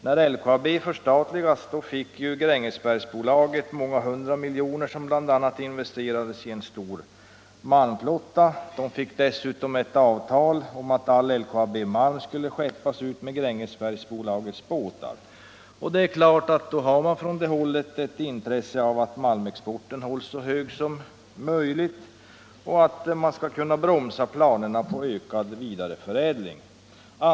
När LKAB förstatligades fick ju Grängesbergsbolaget många hundra miljoner, som bl.a. investerades i en stor malmflotta. Dessutom fick bolaget ett avtal om att all LKAB-malm skulle skeppas ut med Grängesbergsbolagets båtar, och då har man naturligtvis från det hållet intresse av att malmexporten hålles på så hög nivå som möjligt och att planerna på vidareförädling bromsas.